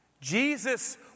Jesus